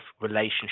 relationship